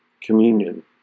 communion